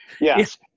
Yes